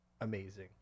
amazing